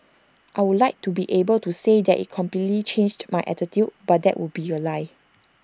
I would like to be able to say that IT completely changed my attitude but that would be A lie